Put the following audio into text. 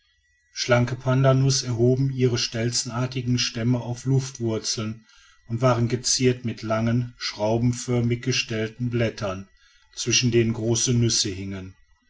schlanke pandanus erhoben ihre stelzenartigen stämme auf luftwurzeln und waren geziert mit langen schraubenförmig gestellten blättern zwischen denen große nüsse hingen